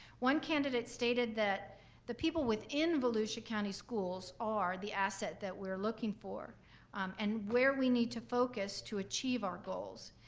one candidate stated that the people within volusia county schools are the asset that we're looking for and where we need to focus to achieve our goals.